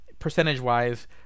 Percentage-wise